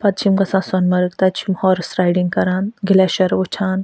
پَتہٕ چھِ یِم گژھان سۄنہٕ مرگ تَتہِ چھِ یِم ہارٕس رایڈِنٛگ کران گٕلیشَر وٕچھان